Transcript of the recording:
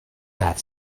that